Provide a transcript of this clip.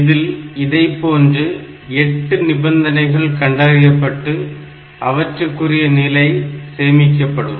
இதில் இதைப்போன்று 8 நிபந்தனைகள் கண்டறியப்பட்டு அவற்றுக்குரிய நிலை சேமிக்கபடும்